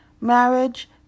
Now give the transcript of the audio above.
Marriage